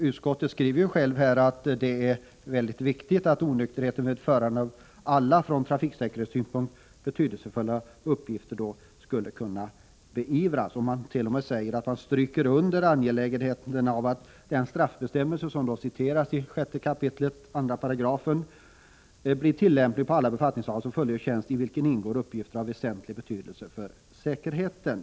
Utskottet skriver att det är angeläget att onykterhet hos förare och alla med ur trafiksäkerhetssynpunkt viktiga arbetsuppgifter kan beivras. Det anförs t.o.m. att man stryker under angelägenheten av att den straffbestämmelse som citeras och som finns i 6 kap. 2§ blir tillämplig på alla befattningshavare som fullgör tjänst i vilken ingår uppgifter av väsentlig betydelse för säkerheten.